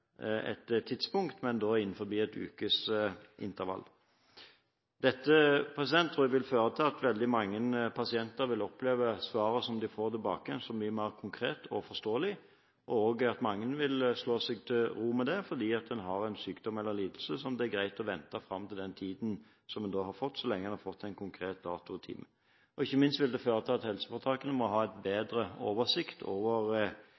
et tidspunkt, men da innenfor et ukesintervall. Dette vil føre til at veldig mange pasienter vil oppleve svaret de får tilbake, som mye mer konkret og forståelig, og at mange vil slå seg til ro med det fordi man har en sykdom eller lidelse som det er greit å vente med, fram til den tiden man har fått, så lenge man har fått en konkret dato og time. Ikke minst vil det føre til at helseforetakene må ha bedre oversikt over